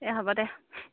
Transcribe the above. এই হ'ব দে